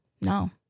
no